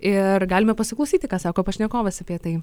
ir galime pasiklausyti ką sako pašnekovas apie tai